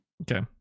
Okay